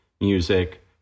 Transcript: music